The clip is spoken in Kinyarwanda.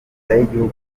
y’igihugu